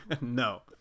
No